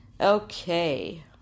Okay